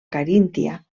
caríntia